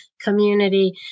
community